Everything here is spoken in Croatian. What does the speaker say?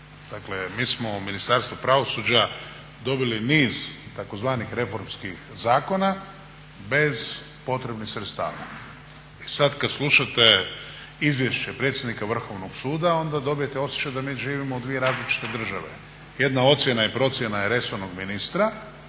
Dakle, mi smo u Ministarstvu pravosuđa dobili niz tzv. reformskih zakona bez potrebnih sredstava. I sad kad slušate izvješće predsjednika Vrhovnog suda onda dobijete osjećaj da mi živimo u dvije različite države. Jedna ocjena i procjena je resornog ministra,